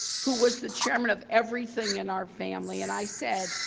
who was the chairman of everything in our family. and i said,